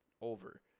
over